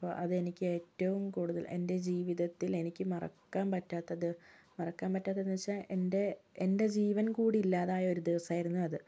അപ്പോൾ അതെനിക്കേറ്റവും കൂടുതൽ ജീവിത്തത്തിൽ എനിക്ക് മറക്കാൻ പറ്റാത്തത് മറക്കാൻ പറ്റാത്തതെന്ന് വെച്ചാൽ എൻ്റെ എൻ്റെ ജീവൻ കൂടി ഇല്ലാതായ ഒരു ദിവസമായിരുന്നു അത്